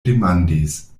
demandis